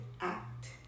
act